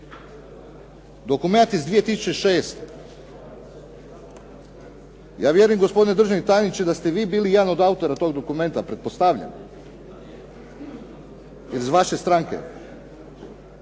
Dokument iz 2006. Ja vjerujem gospodine državni tajniče da ste vi bili jedan od autora tog dokumenta, pretpostavljam iz vaše stranke.